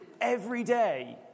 everyday